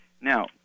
Now